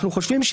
אנחנו חושבים,